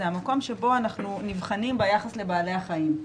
זה המקום שבו אנחנו נבחנים ביחס לבעלי החיים.